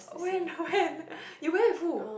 when when you went with who